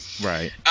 right